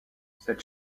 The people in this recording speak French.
cette